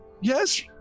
Yes